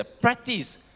practice